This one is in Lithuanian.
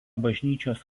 bažnyčios